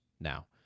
now